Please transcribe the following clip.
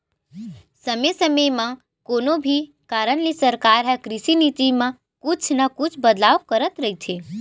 समे समे म कोनो भी कारन ले सरकार ह कृषि नीति म कुछु न कुछु बदलाव करत रहिथे